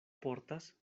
portas